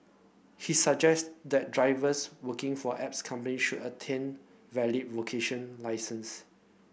he suggested that drivers working for apps company should attain valid vocational licences